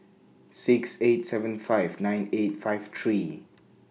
six eight seven five nine eight five three